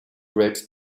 great